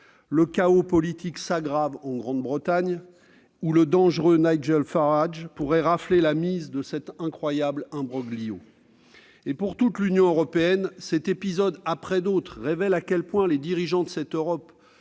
Le chaos politique s'aggrave au Royaume-Uni, où le dangereux Nigel Farage pourrait rafler la mise de cet incroyable imbroglio. Quant à l'Union européenne dans son ensemble, cet épisode, après d'autres, révèle à quel point les dirigeants de cette Europe